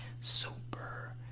super